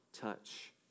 touch